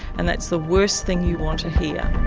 and that's the worst thing you want to hear.